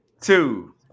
two